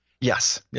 Yes